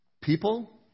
People